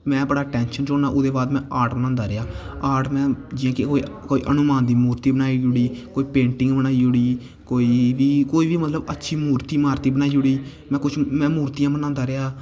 में बड़ा टेंशन च होना ओह्दे बाद में आर्ट बनांदा रेहा आर्ट में जियां की कोई हनुमान दी मुर्ति बनाई ओड़ी कोई पेंटिंग बनाई ओड़ी कोई बी मतलब अच्छी मुर्ति बनाई ओड़ी ते में कुछ में कुछ मुर्तियां बनांदा रेहा